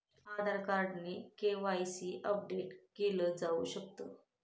आधार card ने KYC update केल जाऊ शकत